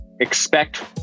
expect